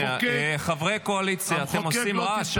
חברי הקואליציה, אתם עושים רעש.